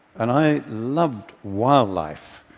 and i loved wildlife,